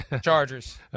Chargers